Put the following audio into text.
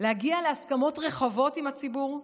להגיע להסכמות רחבות עם הציבור,